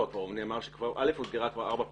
לא, פה נאמר שאל"ף, אותגרה ארבע פעמים,